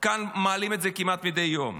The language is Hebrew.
מעלים אותן כמעט מדי יום.